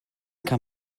kann